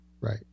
Right